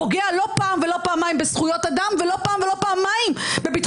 פוגע לא פעם ולא פעמיים בזכויות אדם,